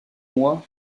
mois